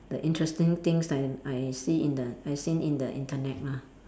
the interesting things that I see in the I seen in the internet lah